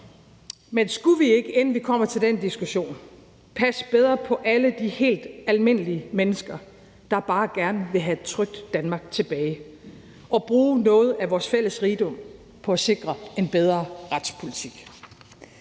Men skulle vi ikke, inden vi kommer til den diskussion, passe bedre på alle de helt almindelige mennesker, der bare gerne vil have et trygt Danmark tilbage, og bruge noget af vores fælles rigdom på at sikre en bedre retspolitik?